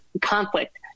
conflict